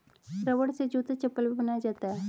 रबड़ से जूता चप्पल भी बनाया जाता है